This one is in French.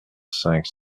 cinq